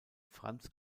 franz